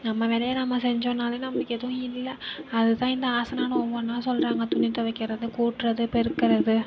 நம்ம வேலையை நம்ம செஞ்சோம்னாலே நமக்கு எதுவும் இல்லை அதுதான் இந்த ஆசனன்னு ஒவ்வொன்றா சொல்லுறாங்க துணி துவக்கிறது கூட்டுறது பெருக்கிறது